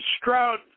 Stroud